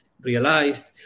realized